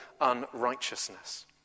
unrighteousness